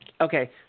Okay